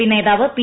P നേതാവ്പി